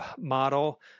model